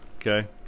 okay